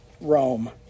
Rome